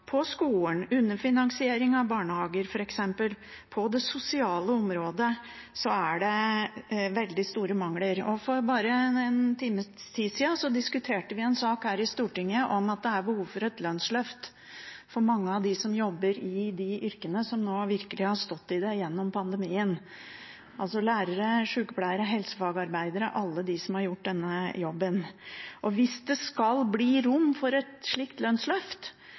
på skolen, på underfinansiering av barnehager f.eks. på det sosiale området, er det veldig store mangler. For bare en times tid siden diskuterte vi en sak her i Stortinget om at det er behov for et lønnsløft for mange av dem som jobber i de yrkene som virkelig har stått i det gjennom pandemien: lærere, sykepleiere, helsefagarbeidere – alle de som har gjort denne jobben. Hvis det skal bli rom for et slikt lønnsløft,